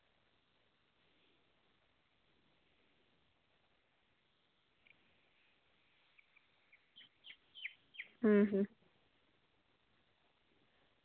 ᱦᱩᱸ ᱦᱩᱸ